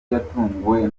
yatunguwe